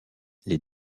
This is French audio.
les